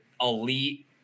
elite